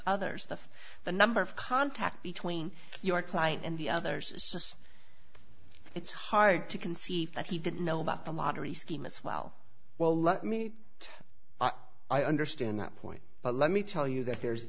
others of the number of contacts between your client and the others it's hard to conceive that he did know about the lottery scheme as well well let me i understand that point but let me tell you that there's